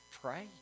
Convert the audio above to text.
pray